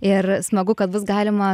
ir smagu kad bus galima